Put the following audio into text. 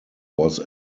was